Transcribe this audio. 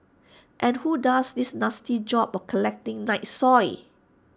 and who does this nasty job of collecting night soil